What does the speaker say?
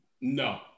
No